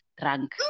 drunk